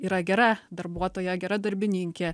yra gera darbuotoja gera darbininkė